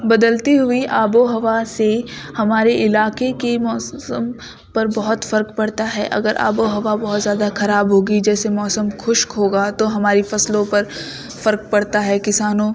بدلتی ہوئی آب و ہوا سے ہمارے علاقے کے موسم پر بہت فرق پڑتا ہے اگر آب و ہوا بہت زیادہ خراب ہوگی جیسے موسم خشک ہوگا تو ہماری فصلوں پر فرق پڑتا ہے کسانوں